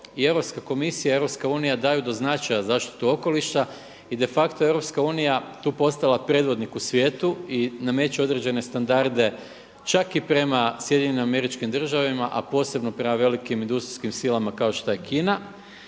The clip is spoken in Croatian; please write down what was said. i Europska komisija i Europska unija daju do značaja zaštiti okoliša. I de facto EU je tu postala predvodnik u svijetu i nameće određene standarde čak i prema SAD-u, a posebno prema velikim industrijskim silama kao što je Kina.